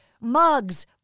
mugs